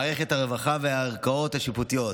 מערכת הרווחה והערכאות השיפוטיות.